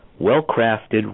Well-crafted